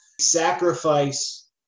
sacrifice